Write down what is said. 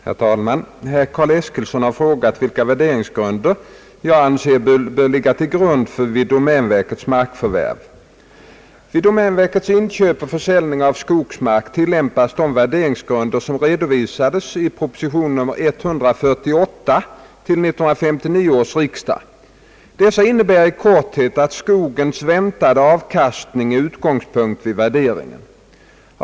Herr talman! Herr Carl Eskilsson har frågat vilka värderingsgrunder jag anser bör ligga till grund vid domänverkets markförvärv. Vid domänverkets inköp och försäljning av skogsmark tillämpas de värderingsgrunder som redovisades i proposition nr 148 till 1959 års riksdag. Dessa innebär i korthet att skogens väntade avkastning är utgångspunkt vid värderingen.